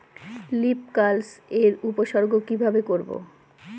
Leaf curl এর উপসর্গ কিভাবে করব?